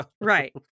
Right